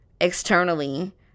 externally